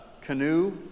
canoe